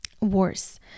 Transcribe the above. worse